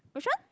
which one